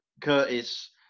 Curtis